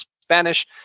spanish